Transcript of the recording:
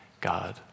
God